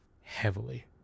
heavily